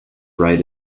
right